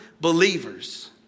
believers